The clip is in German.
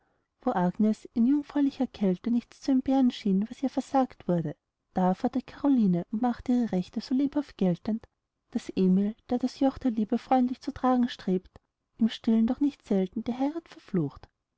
agnes in jungfräulicher kälte nichts zu entbehren schien was ihr versagt wurde da fordert caroline und macht ihre rechte so lebhaft geltend daß emil der das joch der liebe freundlich zu tragen strebt im stillen doch nicht selten die heirath verflucht